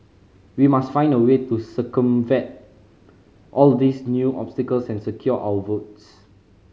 we must find a way to circumvent all these new obstacles and secure our votes